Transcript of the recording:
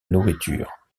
nourriture